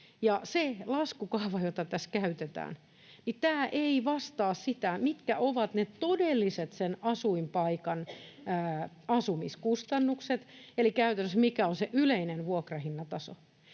laskukaava, jota tässä käytetään, ei vastaa sitä, mitkä ovat ne todelliset sen asuinpaikan asumiskustannukset, eli käytännössä, mikä on se yleinen vuokrahintataso.